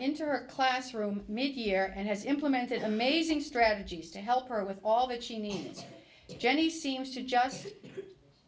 into her classroom year and has implemented amazing strategies to help her with all that she needs jenny seems to just